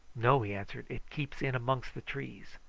no, he answered it keeps in amongst the trees.